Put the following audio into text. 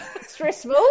Stressful